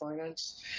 finance